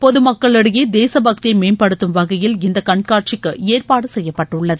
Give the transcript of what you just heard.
பொதுமக்களிடையே தேசபக்தியை மேம்படுத்தும் வகையில் இந்த கண்காட்சிக்கு ஏற்பாடு செய்யப்பட்டுள்ளது